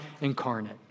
incarnate